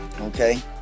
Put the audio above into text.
okay